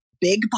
big